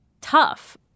tough